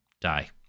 die